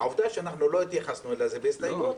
עובדה שאנחנו לא התייחסנו לזה בהסתייגות,